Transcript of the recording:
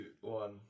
one